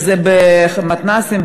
שזה במתנ"סים,